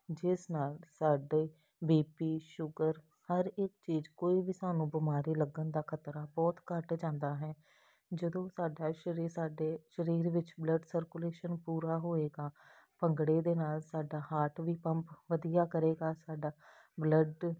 ਜਿਸ ਨਾਲ ਸਾਡੇ ਬੀਪੀ ਸ਼ੁਗਰ ਹਰ ਇੱਕ ਚੀਜ਼ ਕੋਈ ਵੀ ਸਾਨੂੰ ਬਿਮਾਰੀ ਲੱਗਣ ਦਾ ਖਤਰਾ ਬਹੁਤ ਘੱਟ ਜਾਂਦਾ ਹੈ ਜਦੋਂ ਸਾਡਾ ਸ਼ਰੀਰ ਸਾਡੇ ਸਰੀਰ ਵਿੱਚ ਬਲੱਡ ਸਰਕੂਲੇਸ਼ਨ ਪੂਰਾ ਹੋਏਗਾ ਭੰਗੜੇ ਦੇ ਨਾਲ ਸਾਡਾ ਹਾਰਟ ਵੀ ਪੰਪ ਵਧੀਆ ਕਰੇਗਾ ਸਾਡਾ ਬਲੱਡ